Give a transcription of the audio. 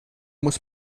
muss